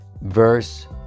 verse